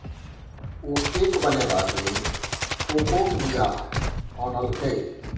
ओ cake बनेबाक लेल कोकोक बीया आनलकै